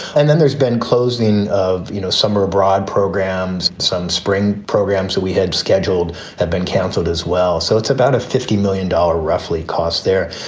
and then there's been closing of, you know, summer abroad programs, some spring programs that we had scheduled have been canceled as well. so it's about a fifty million dollar roughly cost there.